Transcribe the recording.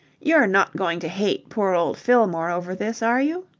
you're not going to hate poor old fillmore over this, are you?